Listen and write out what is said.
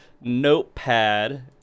notepad